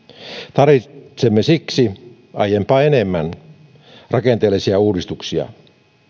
tarvitsemme siksi aiempaa enemmän rakenteellisia uudistuksia